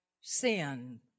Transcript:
sin